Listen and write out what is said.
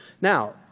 Now